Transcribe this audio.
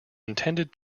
intended